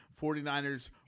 49ers